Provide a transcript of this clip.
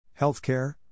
Healthcare